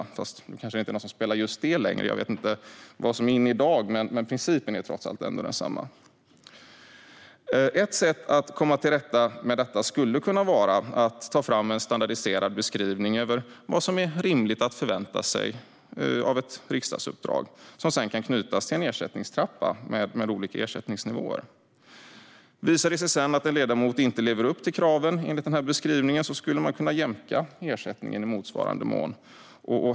Nu kanske det inte är någon som spelar just det längre - jag vet inte vad som är inne i dag - men principen är trots allt densamma. Ett sätt att komma till rätta med detta skulle kunna vara att ta fram en standardiserad beskrivning av vad som är rimligt att förvänta sig av en riksdagsledamot. Beskrivningen kan sedan knytas till en ersättningstrappa med olika ersättningsnivåer. Visar det sig att en ledamot inte lever upp till kraven enligt beskrivningen skulle man kunna jämka ersättningen i motsvarande mån.